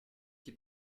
qui